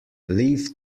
leave